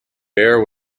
baer